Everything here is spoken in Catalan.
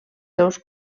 seus